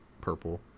purple